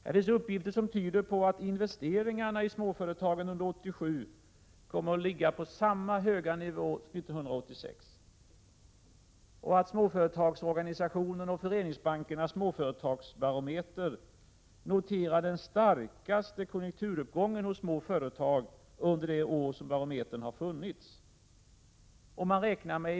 Det finns uppgifter som tyder på att investeringarna i småföretagen under 1987 kommer att ligga på samma höga nivå som 1986 och att småföretagsorganisationens och föreningsbankernas småföretagsbarometer noterade den starkaste konjunkturuppgången hos små företag under de år som barometern har funnits.